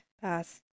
Pass